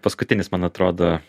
paskutinis man atrodo